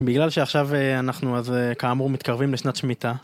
בגלל שעכשיו אנחנו, אז כאמור, מתקרבים לשנת שמיתה.